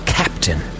captain